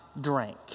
drank